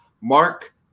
Mark